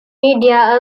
media